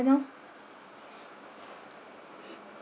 now